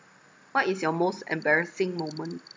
what is your most embarrassing moment